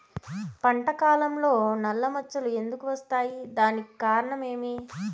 పంట కాలంలో నల్ల మచ్చలు ఎందుకు వస్తాయి? దానికి కారణం ఏమి?